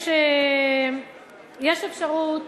יש אפשרות